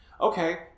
Okay